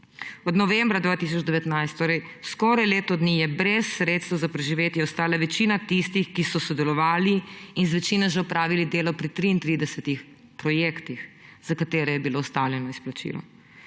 Od novembra 2019, torej skoraj leto dni, je brez sredstev za preživetje ostala večina tistih, ki so sodelovali in večinoma že opravili delo pri 33 projektih, za katere je bilo izstavljeno izplačilo.